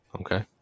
Okay